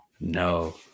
no